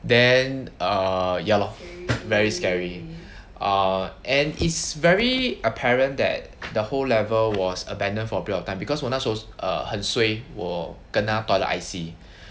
then err ya lor very scary ah and it's very apparent that the whole level was abandoned for a bit of time because when I was err 很 suay 我 kena toilet I_C